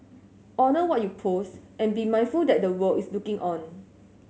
honour what you post and be mindful that the world is looking on